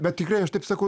bet tikrai aš taip sakau